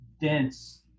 dense